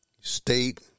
state